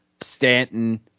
Stanton